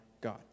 God